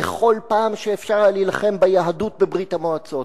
בכל פעם שאפשר היה להילחם ביהדות בברית-המועצות,